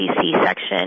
C-section